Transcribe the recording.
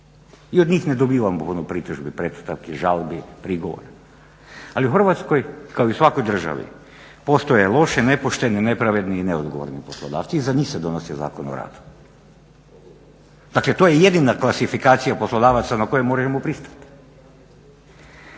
I od njih ne dobivamo puno pritužbi, … žalbi, prigovora. Ali u Hrvatskoj, kao i u svakoj državi postoje loši, nepošteni, nepravedni i neodgovorni poslodavci i za njih se donosi Zakon o radu. Dakle, to je jedina klasifikacija poslodavaca na koju možemo pristati.